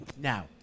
Now